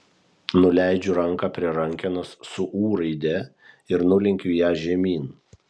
nuleidžiu ranką prie rankenos su ū raide ir nulenkiu ją žemyn